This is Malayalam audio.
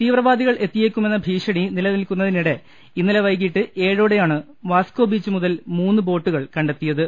തീവ്രവാദികൾ എത്തിയേക്കുമെന്ന ഭീഷണി നിലനിൽക്കുന്ന തിനിടെ ഇന്നലെ വൈകീട്ട് ഏഴോടെയാണ് വാസ്കോ ബീച്ച്മുതൽ മൂന്നു ബോട്ടുകൾ കണ്ടെത്തിയത്